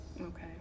Okay